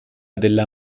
della